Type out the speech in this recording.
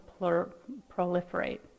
proliferate